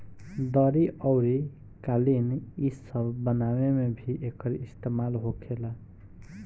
दरी अउरी कालीन इ सब बनावे मे भी एकर इस्तेमाल होखेला